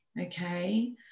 Okay